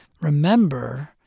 remember